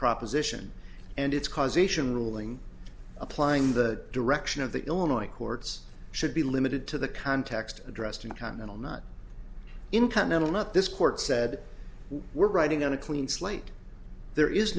proposition and it's causation ruling applying the direction of the illinois courts should be limited to the context addressed in continental not in continental not this court said we're writing on a clean slate there is